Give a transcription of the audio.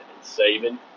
saving